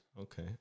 Okay